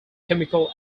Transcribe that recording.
chemical